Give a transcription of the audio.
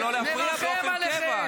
אבל לא להפריע באופן קבוע.